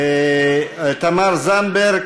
תמר זנדברג